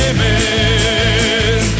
Amen